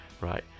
right